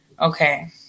Okay